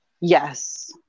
Yes